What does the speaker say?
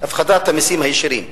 מהפחתת המסים הישירים.